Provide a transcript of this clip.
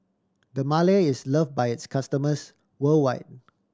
Dermale is loved by its customers worldwide